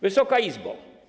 Wysoka Izbo!